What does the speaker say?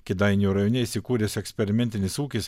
kėdainių rajone įsikūręs eksperimentinis ūkis